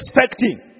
expecting